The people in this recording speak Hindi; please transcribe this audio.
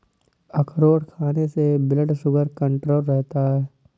अखरोट खाने से ब्लड शुगर कण्ट्रोल रहता है